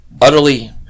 utterly